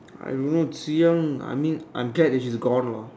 I don't know Zhi-Yang I mean I'm glad that she's gone lah